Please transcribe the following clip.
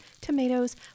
tomatoes